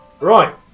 Right